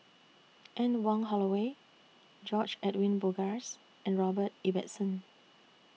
Anne Wong Holloway George Edwin Bogaars and Robert Ibbetson